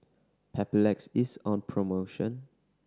Papulex is on promotion